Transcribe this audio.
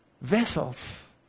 vessels